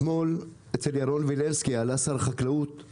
אתמול אצל ירון וילנסקי עלה לשידור שר החקלאות.